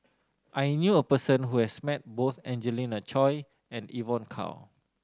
I knew a person who has met both Angelina Choy and Evon Kow